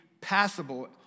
passable